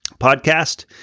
podcast